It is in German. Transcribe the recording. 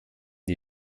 die